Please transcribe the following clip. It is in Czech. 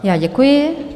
Já děkuji.